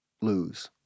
lose